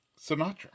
Sinatra